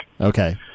Okay